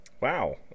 Wow